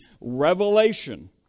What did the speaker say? revelation